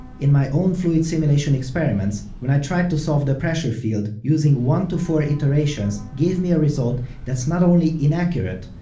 in my own fluid simulation experiments, when i tried to solve the pressure field, using one to four iterations gave me a result that's not only inaccurate,